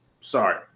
Sorry